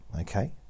okay